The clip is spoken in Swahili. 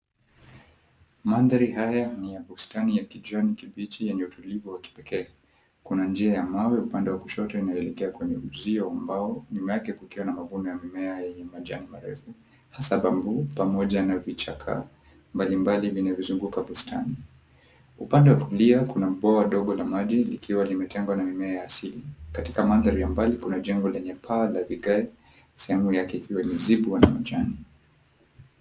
Mandhari haya ni ya bustani ya kijani kibichi yenye utulivu wa kipekee. Kuna njia ya mawe upande wa kushoto inayoelekea kwenye uzio wa mbao, nyuma yake kukiwa na mavuno ya mimea yenye majani marefu hasa bamboo pamoja na vichaka mbalimbali vinavyosunguka bustani. Upande wa kulia kuna bwawa ndogo la maji ikiwa limetengwa na mimea asili katika mandhari ya mbali kuna jengo lenye paa la vigae sehemu yake ikiwa imezibwa na majani.